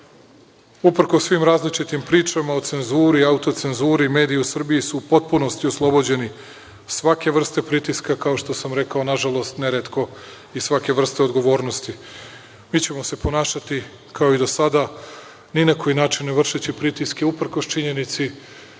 svim različitim pričama o cenzuri, autocenzuri, mediji u Srbiji su u potpunosti oslobođeni svake vrste pritiska, kao što sam rekao, nažalost, neretko i svake vrste odgovornosti. Mi ćemo se ponašati kao i do sada, ni na koji način ne vršeći pritiske. Uprkos činjenici